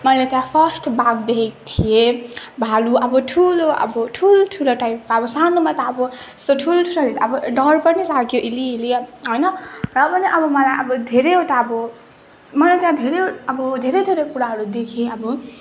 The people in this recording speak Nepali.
मैले त्यहाँ फर्स्ट बाघ देखेको थिएँ भालु अब ठुलो अब ठुल्ठुलो टाइप अब सानोमा त अब यस्तो ठुल्ठुलो खालको अब डर पनि लाग्यो अलिअलि होइन र पनि अब मलाई अब धेरैवटा अब मलाई त्यहाँ धेरै अब धेरै धेरै कुराहरू देखेँ अब